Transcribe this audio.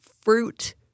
fruit